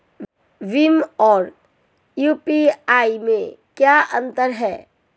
भीम और यू.पी.आई में क्या अंतर है?